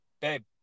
babe